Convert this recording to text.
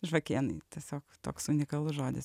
žvakėnai tiesiog toks unikalus žodis